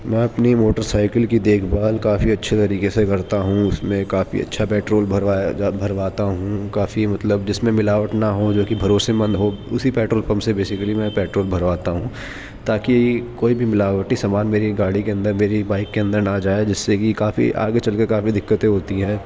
میں اپنی موٹرسائیکل کی دیکھ بھال کافی اچھے طریقے سے کرتا ہوں اس میں کافی اچھا پیٹرول بھروایا بھرواتا ہوں کافی مطلب جس میں ملاوٹ نہ ہوں جوکہ بھروسے مند ہو اسی پیٹرول پمپ سے بیسیکلی میں پیٹرول بھرواتا ہوں تاکہ کوئی بھی ملاوٹی سامان میری گاڑی کے اندر میری بائیک کے اندر نہ جائے جس سے کہ کافی آگے چل کر کافی دقتیں ہوتی ہیں